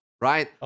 right